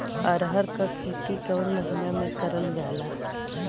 अरहर क खेती कवन महिना मे करल जाला?